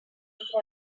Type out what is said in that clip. contro